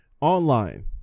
online